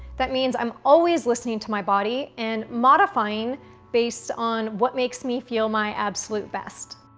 that means i'm always listening to my body, and modifying based on what makes me feel my absolute best.